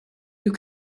you